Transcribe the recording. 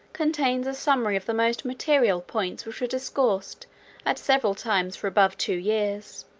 contains a summary of the most material points which were discoursed at several times for above two years